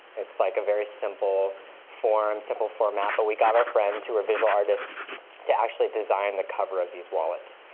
it's, like, a very simple form, simple format, but we got our friends who were visual artists to actually design the cover of these wallets.